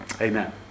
Amen